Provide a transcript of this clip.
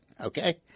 okay